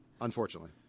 unfortunately